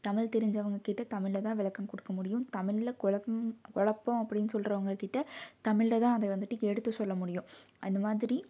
தமிழ் தெரிஞ்சவங்கக்கிட்ட தமிழில் தான் விளக்கம் கொடுக்க முடியும் தமிழில் குழப்பமும் குழப்போம் அப்படின் சொல்கிறவங்கக்கிட்ட தமிழில் தான் அதை வந்துட்டு எடுத்து சொல்ல முடியும் அந்த மாதிரி